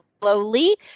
slowly